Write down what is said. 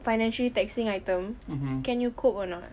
financially taxing item can you cope or not